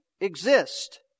exist